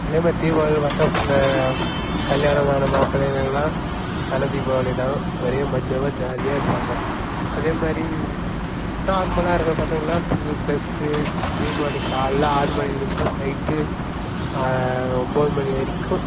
அதேமாதிரி தீபாவளி மத்தாப்பு கல்யாணமான மாப்பிளைகளெல்லாம் தலைதீபாவளிதான் ஒரே மஜாவா ஜாலியாக இருப்பாங்க அதே மாதிரி நார்மலாக இருக்க பசங்கெல்லாம் புது ட்ரெஸ் தீபாவளி காலைல ஆறு மணிலேருந்து நைட் ஒம்பது மணி வரைக்கும்